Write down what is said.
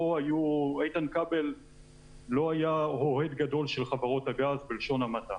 - איתן כבל לא היה אוהד גדול של חברות הגז בלשון המעטה.